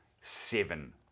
seven